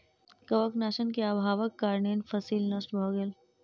कवकनाशक के अभावक कारणें फसील नष्ट भअ गेल